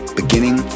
beginning